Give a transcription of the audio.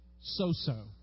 so-so